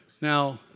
Now